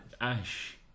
Ash